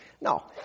No